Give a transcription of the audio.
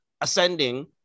ascending